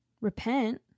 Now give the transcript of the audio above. repent